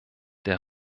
der